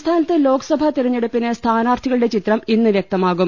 സംസ്ഥാനത്ത് ലോക്സഭാ തെരഞ്ഞെടു പ്പിന് സ്ഥാനാർത്ഥികളുടെ ചിത്രം ഇന്ന് വൃക്തമാകും